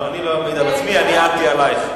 לא העדתי על עצמי, העדתי עלייך.